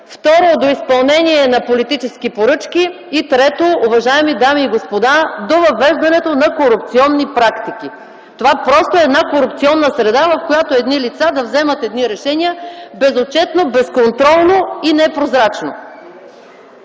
Второ, до изпълнение на политически поръчки. И, трето, уважаеми дами и господа, до въвеждането на корупционни практики. Това просто е една корупционна среда, в която едни лица да вземат едни решения безотчетно, безконтролно и непрозрачно.